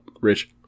Rich